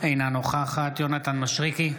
אינה נוכחת יונתן מישרקי,